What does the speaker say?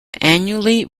annually